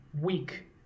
weak